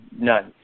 none